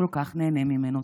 כל כך נהנה ממנו.